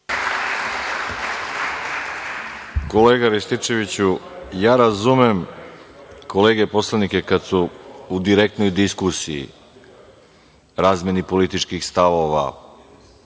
Kolega Rističeviću, ja razumem kolege poslanike kada u direktnoj diskusiji, razmeni političkih stavova,